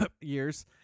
years